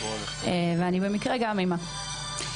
אני במקרה גם אימא.